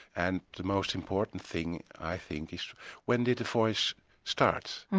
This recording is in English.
and the most important thing i think is when did the voice start?